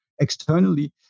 externally